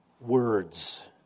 words